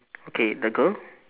okay the girl